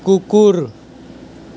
কুকুৰ